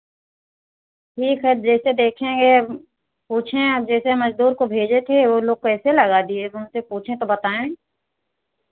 ठीक है जैसे देखेंगे पूछे हैं जैसे मज़दूर को भेजे थे वो लोग कैसे लगा दिए उन से पूछें तो बताएं